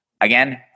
Again